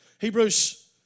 Hebrews